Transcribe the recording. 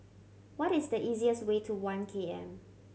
what is the easiest way to One K M